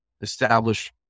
establish